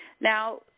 Now